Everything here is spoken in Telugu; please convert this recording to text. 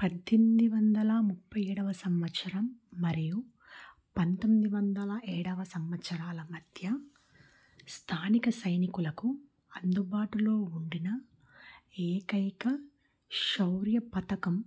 పద్దెన్మిది వందల ముప్పై ఏడవ సంవత్సరం మరియు పంతొమ్మిది వందల ఏడవ సంవత్సరాల మధ్య స్థానిక సైనికులకు అందుబాటులో ఉండిన ఏకైక శౌర్య పథకం